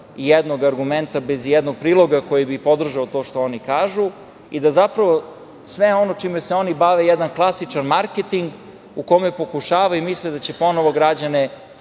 ijednog argumenta, bez ijednog priloga koji bi podržao to što oni kažu. Zapravo, sve ono čime se oni bave je jedan klasičan marketing u kome pokušavaju i misle da će ponovo građane